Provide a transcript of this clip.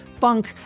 funk